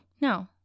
No